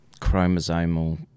chromosomal